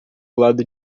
lado